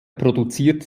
produzierte